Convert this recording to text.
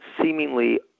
seemingly